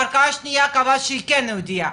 וערכאה שנייה קבעה שהיא יהודייה,